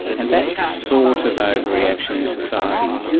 and that sort of overreaction in society,